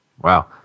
Wow